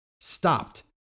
stopped